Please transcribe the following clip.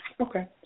Okay